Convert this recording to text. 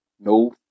No